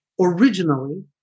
Originally